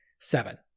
seven